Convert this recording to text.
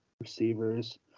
receivers